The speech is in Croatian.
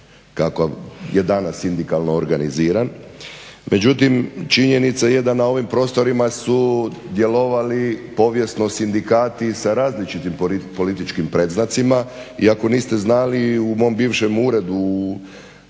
kakav je danas sindikalno organiziran. Međutim, činjenica je da na ovim prostorima su djelovali povijesno sindikati sa različitim političkim predznacima i ako niste znali u mom bivšem uredu